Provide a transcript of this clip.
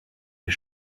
les